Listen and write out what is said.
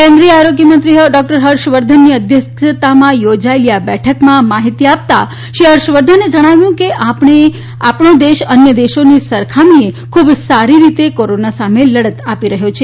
કેન્દ્રીય આરોગ્ય મંત્રી ફર્ષ વર્ધનની અધ્યક્ષતામાં યોજાયેલી આ બેઠકમાં માહિતી આપતા તેમણે જણાવ્યું કે આપણે દેશ અન્ય દેશોની સરખામણી ખુબ સારી રીતે કોરોના સામે લડત આપી રહ્યો છે